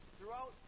Throughout